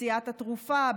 מציאת התרופה,